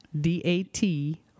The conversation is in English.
D-A-T